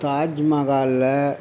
தாஜ்மஹாலில்